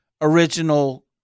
original